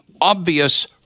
obvious